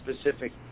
specific